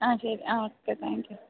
ആ ശരി ആ ഓക്കേ താങ്ക് യൂ